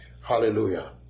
Hallelujah